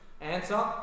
Answer